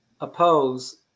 oppose